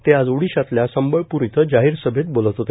ते आज ओडिशातल्या संबळपूर इथं जाहीर सभेत बोलत होते